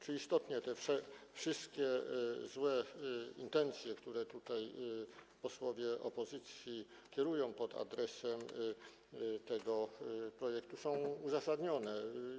Czy istotnie te wszystkie złe intencje, które tutaj posłowie opozycji kierują pod adresem tego projektu, są uzasadnione?